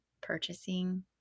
purchasing